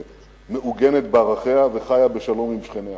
שמעוגנת בערכיה וחיה בשלום עם שכניה.